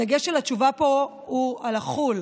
הדגש בתשובה פה הוא על חו"ל,